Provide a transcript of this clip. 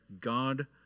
God